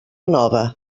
nova